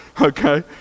Okay